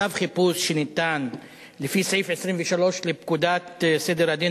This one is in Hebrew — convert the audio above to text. צו חיפוש שניתן לפי סעיף 23 לפקודת סדר הדין